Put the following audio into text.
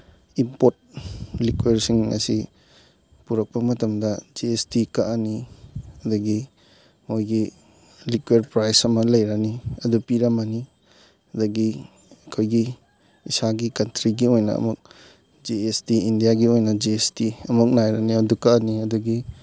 import ꯂꯤꯛꯀꯔꯁꯤꯡ ꯑꯁꯤ ꯄꯨꯔꯛꯄ ꯃꯇꯝꯗ ꯖꯤ ꯑꯦꯁ ꯇꯤ ꯀꯛꯑꯅꯤ ꯑꯗꯒꯤ ꯃꯣꯏꯒꯤ ꯂꯤꯛꯀꯔ ꯄ꯭ꯔꯥꯏꯁ ꯑꯃ ꯂꯩꯔꯅꯤ ꯑꯗꯨ ꯄꯤꯔꯝꯃꯅꯤ ꯑꯗꯒꯤ ꯑꯩꯈꯣꯏꯒꯤ ꯏꯁꯥꯒꯤ ꯀꯟꯇ꯭ꯔꯤꯒꯤ ꯑꯣꯏꯅ ꯑꯃꯨꯛ ꯖꯤ ꯑꯦꯁ ꯇꯤ ꯏꯟꯗꯤꯌꯥꯒꯤ ꯑꯣꯏꯅ ꯖꯤ ꯑꯦꯁ ꯇꯤ ꯑꯃꯨꯛ ꯅꯥꯏꯔꯅꯤ ꯑꯗꯨ ꯀꯛꯑꯅꯤ ꯑꯗꯒꯤ